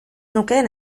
nukeen